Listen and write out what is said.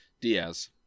Diaz